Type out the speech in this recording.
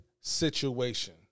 situation